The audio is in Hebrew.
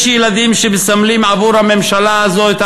יש ילדים שמסמלים עבור הממשלה הזאת את